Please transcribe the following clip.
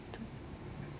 to